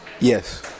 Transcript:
Yes